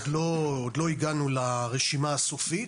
ועוד לא הגענו לרשימה הסופית.